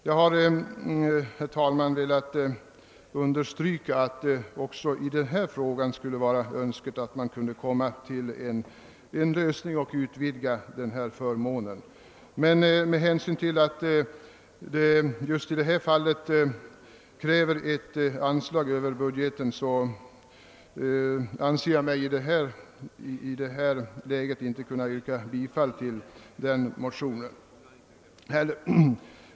Jag har, herr talman, velat understryka att det skulle varit önskvärt att komma fram till en lösning även i denna fråga och utvidga förmånen, men med hänsyn till att det just i detta fall krävs ett anslag över budgeten anser jag mig i detta läge icke kunna yrka bifall till motionen.